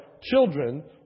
children